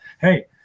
hey